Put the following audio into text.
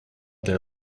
their